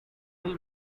will